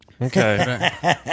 Okay